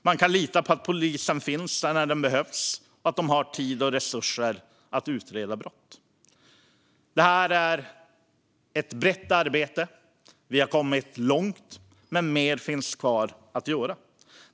Man kan lita på att polisen finns där när de behövs och att de har tid och resurser att utreda brott. Detta är ett brett arbete. Vi har kommit långt, men mer finns kvar att göra.